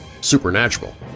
supernatural